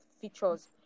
features